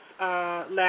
last